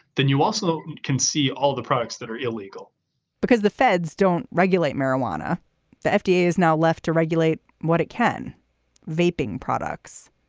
then you also can see all the products that are illegal because the feds don't regulate marijuana the fda is now left to regulate what it can vaping products.